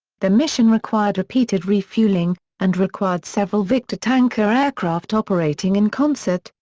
the mission required repeated refuelling, and required several victor tanker aircraft operating in concert,